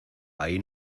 ahí